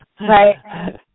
Right